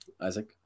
Isaac